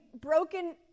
broken